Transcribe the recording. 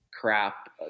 crap